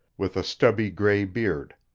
with a stubby gray beard.